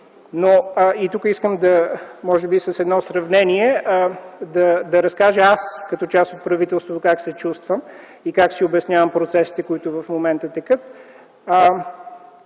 това. Искам с едно сравнение да разкажа, като част от правителството, как се чувствам аз и как си обяснявам процесите, които в момента текат.